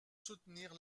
soutenir